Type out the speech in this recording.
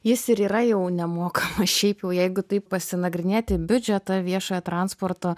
jis ir yra jau nemokamas šiaip jau jeigu taip pasinagrinėti biudžetą viešojo transporto